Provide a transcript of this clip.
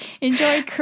enjoy